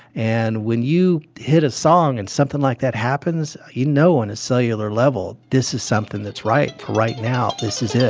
and when you hit a song and something like that happens, you know on a cellular level this is something that's right. for right now, this is it